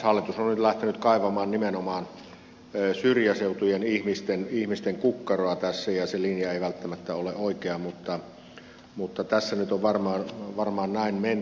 hallitus on nyt lähtenyt kaivamaan nimenomaan syrjäseutujen ihmisten kukkaroa tässä ja se linja ei välttämättä ole oikea mutta tässä nyt on varmaan näin mentävä